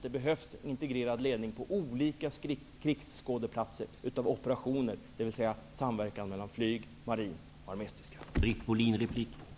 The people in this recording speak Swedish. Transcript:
Det behövs en integrerad ledning av operationer på olika krigsskådeplatser, dvs. en samverkan mellan flyg-, marin och arméstridskrafter